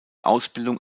ausbildung